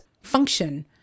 function